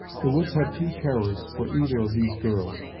the woods had few terrors for either of these girls,